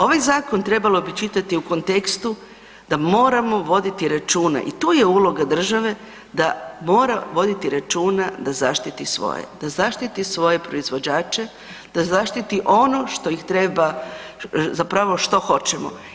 Ovaj zakon trebalo bi čitati u kontekstu da moramo voditi računa i tu je uloga države, da mora voditi računa da zaštiti svoje, da zaštiti svoje proizvođače, da zaštiti ono što ih treba, zapravo, što hoćemo.